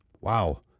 wow